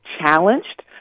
challenged